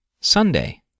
Sunday